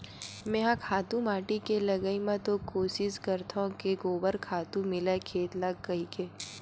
मेंहा खातू माटी के लगई म तो कोसिस करथव के गोबर खातू मिलय खेत ल कहिके